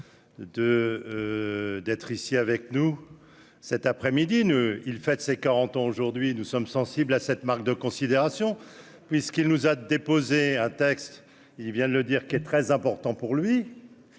d'être ici avec nous cet après-midi ne il fête ses 40 ans, aujourd'hui nous sommes sensibles à cette marque de considération, puisqu'il nous a déposé un texte il, il vient de le dire qui est très important pour lui,